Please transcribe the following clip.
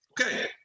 Okay